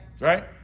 Right